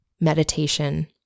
meditation